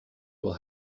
will